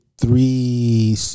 Three